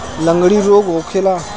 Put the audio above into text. लगंड़ी रोग का होखे?